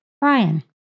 Brian